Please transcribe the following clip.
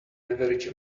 average